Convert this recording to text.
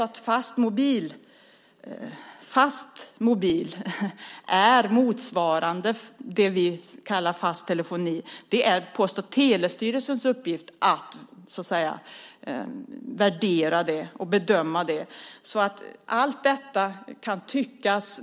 Om Fastmobil motsvarar det vi kallar fast telefoni är det Post och telestyrelsens uppgift att värdera och bedöma.